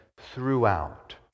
throughout